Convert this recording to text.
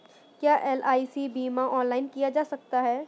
क्या एल.आई.सी बीमा ऑनलाइन किया जा सकता है?